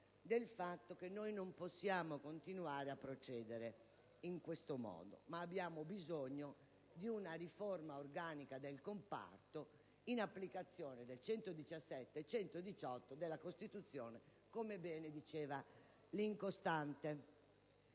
del fatto che non possiamo continuare a procedere in questo modo e che abbiamo bisogno di una riforma organica del comparto, in applicazione degli articoli 117 e 118 della Costituzione, come ben diceva la senatrice